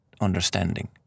understanding